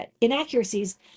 inaccuracies